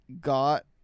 got